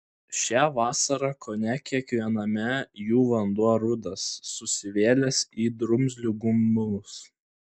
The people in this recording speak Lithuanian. šią vasarą kone kiekviename jų vanduo rudas susivėlęs į drumzlių gumulus